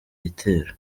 gitero